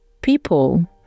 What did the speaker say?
People